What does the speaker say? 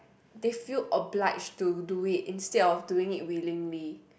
they feel obliged to do it instead of do it willingly